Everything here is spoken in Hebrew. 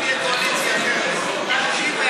אם תהיה קואליציה אחרת,